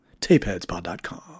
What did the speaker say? tapeheadspod.com